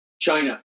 China